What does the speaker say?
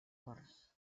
corts